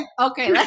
Okay